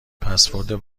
پسورد